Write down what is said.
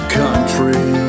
country